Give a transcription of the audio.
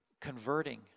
converting